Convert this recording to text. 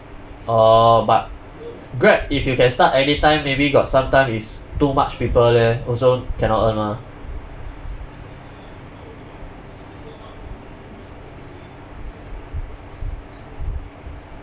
orh but grab if you can start any time maybe got some time is too much people leh also cannot earn mah